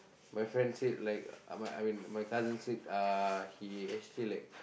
my friend said like uh my I mean my cousin said uh he actually like